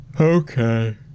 Okay